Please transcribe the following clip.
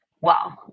Wow